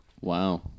Wow